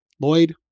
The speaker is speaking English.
Lloyd